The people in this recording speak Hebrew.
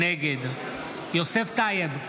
נגד יוסף טייב,